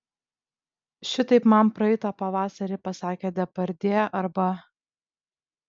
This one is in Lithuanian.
šitaip man praeitą pavasarį pasakė depardjė arba